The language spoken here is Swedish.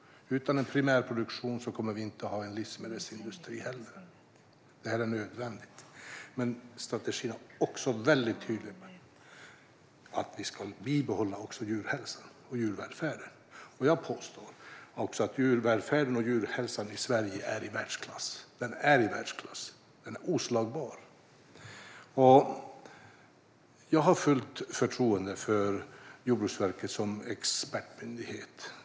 Utan primärproduktion kommer vi inte att ha en livsmedelsindustri heller. Det här är nödvändigt. Men strategin är också väldigt tydlig med att vi ska bibehålla djurhälsan och djurvälfärden. Jag påstår att djurvälfärden och djurhälsan i Sverige är i världsklass. Den är oslagbar. Jag har fullt förtroende för Jordbruksverket som expertmyndighet.